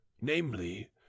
namely